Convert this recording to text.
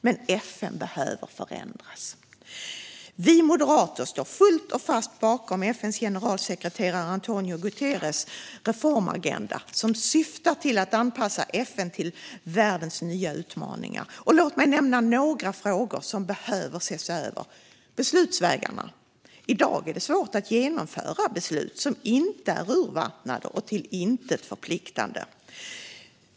Men FN behöver förändras. Vi moderater står fullt och fast bakom FN:s generalsekreterare António Guterres reformagenda, som syftar till att anpassa FN till världens nya utmaningar. Låt mig nämna några frågor som behöver ses över. Det handlar om beslutsvägarna. I dag är det svårt att genomföra beslut som inte är urvattnade och till intet förpliktande.